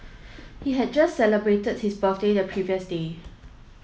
he had just celebrated his birthday the previous day